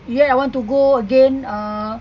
yet I want to go again uh